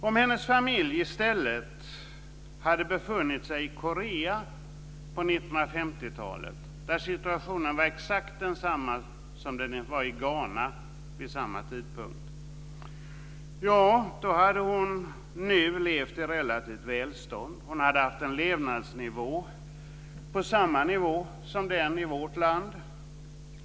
Om hennes familj i stället hade befunnit sig i Korea på 1950-talet där situationen var exakt densamma som den var i Ghana vid samma tidpunkt, då hade hon nu levt i relativt välstånd. Hon hade haft samma levnadsnivå som i vårt land.